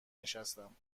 نشستم